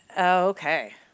Okay